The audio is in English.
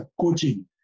coaching